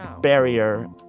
barrier